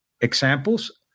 Examples